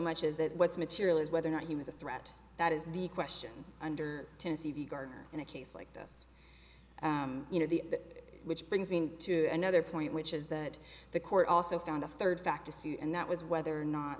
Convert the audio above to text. much is that what's material is whether or not he was a threat that is the question under tennessee v gardner in a case like this you know the that which brings me to another point which is that the court also found a third factor and that was whether or not